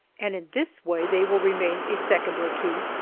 and in this way they will remain a second or two,